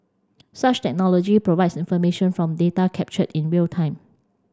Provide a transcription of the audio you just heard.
such technology provides information from data captured in real time